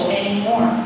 anymore